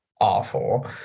awful